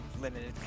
limited